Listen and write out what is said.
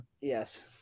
Yes